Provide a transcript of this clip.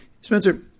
Spencer